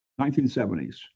1970s